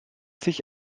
sich